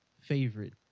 favorite